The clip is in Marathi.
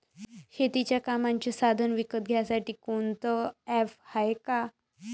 शेतीच्या कामाचे साधनं विकत घ्यासाठी कोनतं ॲप हाये का?